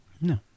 No